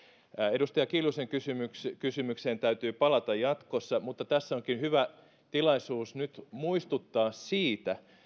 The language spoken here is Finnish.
edustaja kiljusen kysymykseen kysymykseen täytyy palata jatkossa mutta tässä onkin hyvä tilaisuus nyt muistuttaa siitä